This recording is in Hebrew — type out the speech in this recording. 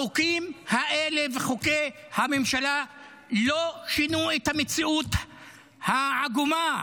החוקים האלה וחוקי הממשלה לא שינו את המציאות העגומה,